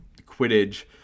Quidditch